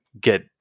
get